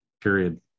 period